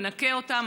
מנקה אותם,